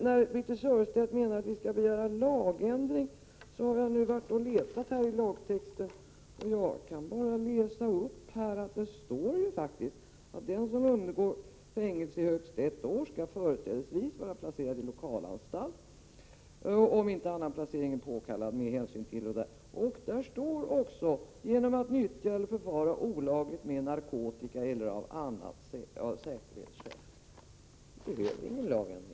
Birthe Sörestedt menar att vi skall begära en lagändring, och jag har nu letat i lagtexten och kan läsa upp att den som undergår fängelse i högst ett år skall företrädesvis vara placerad i lokalanstalt om inte annan placering är påkallad, osv. Där står också ”genom att nyttja eller förfara olagligt med narkotika eller av annat säkerhetsskäl”. Vi behöver ingen lagändring.